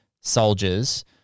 soldiers